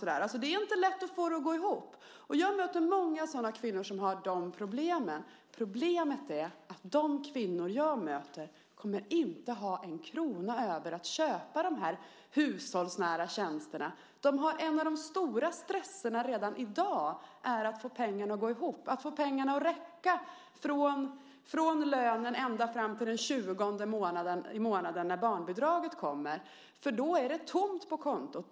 Det är inte lätt att få det att gå ihop. Jag möter många kvinnor som har de problemen. Problemet är att de kvinnor jag möter inte kommer att ha en krona över för att köpa de här hushållsnära tjänsterna. En stor stress för dem redan i dag är att få pengarna att räcka från lönen ända fram till den 20 i månaden när barnbidraget kommer, då det är tomt på kontot.